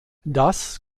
das